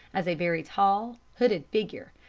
as a very tall, hooded figure,